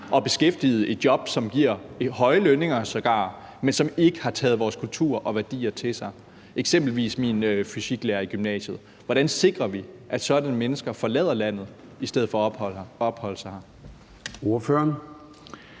er beskæftiget i job, der sågar giver høje lønninger, men som ikke har taget vores kultur og værdier til sig. Det kunne eksempelvis være min fysiklærer i gymnasiet. Hvordan sikrer vi, at sådanne mennesker forlader landet i stedet for at opholde sig her? Kl.